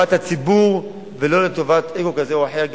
הציבור ולא לטובת אגו כזה או אחר.